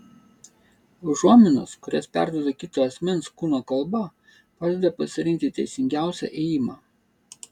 užuominos kurias perduoda kito asmens kūno kalba padeda pasirinkti teisingiausią ėjimą